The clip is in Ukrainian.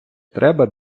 треба